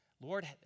Lord